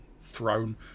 throne